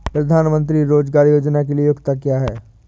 प्रधानमंत्री रोज़गार योजना के लिए योग्यता क्या है?